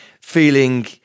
feeling